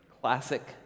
Classic